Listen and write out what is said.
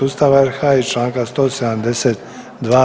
Ustava RH i članka 172.